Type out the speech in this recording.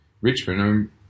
Richmond